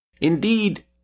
Indeed